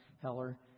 Heller